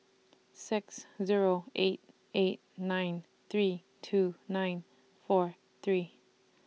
six Zero eight eight nine three two nine four three